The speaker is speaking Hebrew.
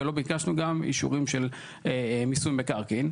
ולא ביקשנו גם אישורים של מיסוי מקרקעין.